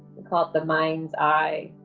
we call it the mind's eye.